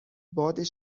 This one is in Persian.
باد